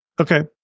Okay